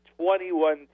Twenty-one